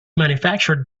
manufactured